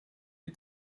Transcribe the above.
die